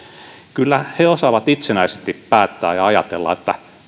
kyllä he osaavat itsenäisesti päättää ja ajatella